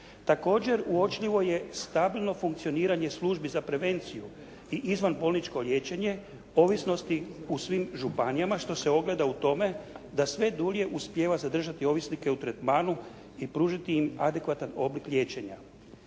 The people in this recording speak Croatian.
Također uočljivo je stabilno funkcioniranje službi za prevenciju i izvanbolničko liječenje ovisnosti u svim županijama, što se ogleda u tome da sve dulje uspijeva zadržati ovisnike u tretmanu i pružiti im advekatan oblik liječenja.